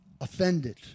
offended